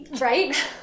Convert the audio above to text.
right